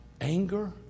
anger